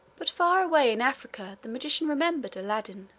but far away in africa the magician remembered aladdin,